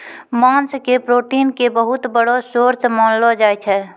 मांस के प्रोटीन के बहुत बड़ो सोर्स मानलो जाय छै